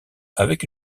avec